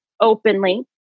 openly